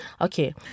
Okay